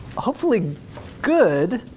hopefully good